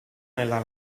nella